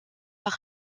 par